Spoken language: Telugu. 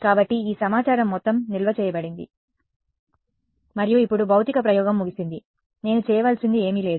కాబట్టి ఈ సమాచారం మొత్తం నిల్వ చేయబడింది మరియు ఇప్పుడు భౌతిక ప్రయోగం ముగిసింది నేను చేయవలసింది ఏమీ లేదు